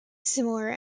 similar